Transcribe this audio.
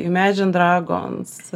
imagine dragons